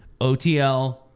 OTL